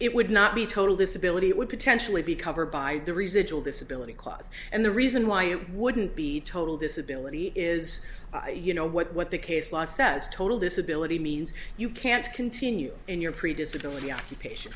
it would not be total disability it would potentially be covered by the residual disability clause and the reason why it wouldn't be total disability is you know what the case law says total disability means you can't continue in your previous ability occupation